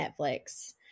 Netflix